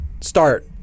start